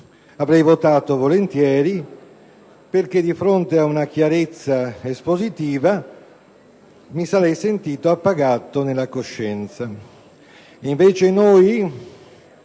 avrei votato volentieri a favore, perché di fronte ad una chiarezza espositiva mi sarei sentito appagato nella coscienza.